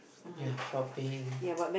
ya shopping